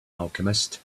alchemist